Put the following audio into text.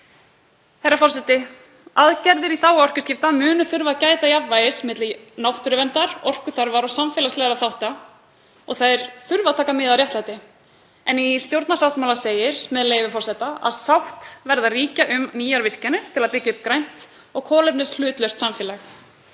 Herra forseti. Aðgerðir í þágu orkuskipta munu þurfa að gæta jafnvægis milli náttúruverndar, orkuþarfar og samfélagslegra þátta og þær þurfa að taka mið af réttlæti en í stjórnarsáttmála segir, með leyfi forseta: „Sátt verður að ríkja um nýjar virkjanir til að byggja upp grænt og kolefnishlutlaust samfélag.